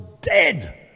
dead